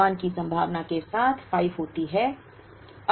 इस चक्र की संभावना 01 की संभावना के साथ 5 होती है